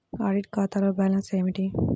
Audit ఖాతాలో balance ఏమిటీ?